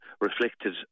reflected